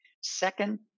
Second